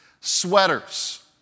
sweaters